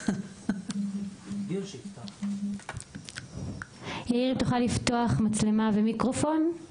הפיקוח, עיריית תל